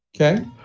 Okay